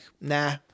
nah